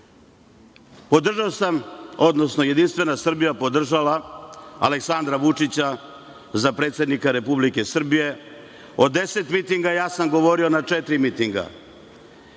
sam, odnosno Jedinstvena Srbija podržava Aleksandra Vučića za predsednika Republike Srbije. Od 10 mitinga, govorio sam na četiri mitinga.